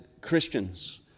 Christians